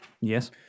Yes